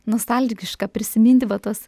nostalgiška prisiminti va tuos